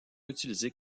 utilisés